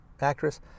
actress